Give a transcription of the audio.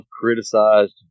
criticized